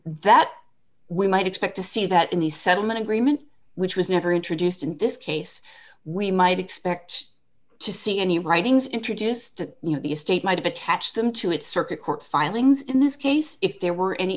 that we might expect to see that in the settlement agreement which was never introduced in this case we might expect to see any writings introduced to the estate might have attached them to at circuit court filings in this case if there were any